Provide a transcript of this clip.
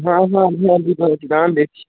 হ্যাঁ হ্যাঁ হ্যাঁ বুঝতে পেরেছি দাঁড়ান দেখছি